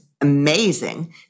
amazing